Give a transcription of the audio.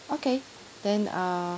okay then err